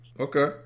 Okay